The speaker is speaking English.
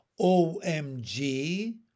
OMG